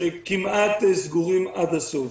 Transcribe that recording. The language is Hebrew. שכמעט סגורים עד הסוף.